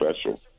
special